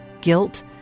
guilt